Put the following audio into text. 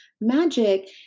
Magic